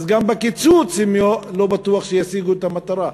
אז גם בקיצוץ לא בטוח שישיגו את המטרה.